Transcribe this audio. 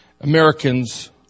Americans